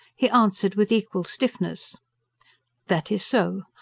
he answered with equal stiffness that is so.